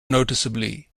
noticeably